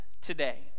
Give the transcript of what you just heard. today